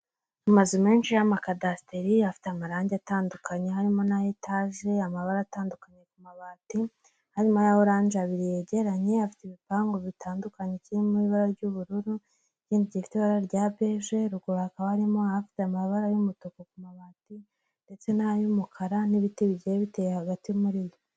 Amazu menshi y'amakadasiteri afite amarangi atandukanye harimo na etaje ya amabara atandukanye ku mabati harimo ya oranje abiri yegeranye afite ibipangu bitandukanye kirimo ibara ry'ubururu, ikindi gifite ibara rya beje ruguru hakaba harimo afite amabara y'umutuku ku mabati, ndetse n'ay'umukara n'ibiti bigiye biteye hagati muri yo.